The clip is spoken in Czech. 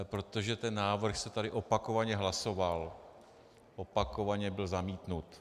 Protože ten návrh se tady opakovaně hlasoval, opakovaně byl zamítnut.